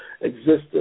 existence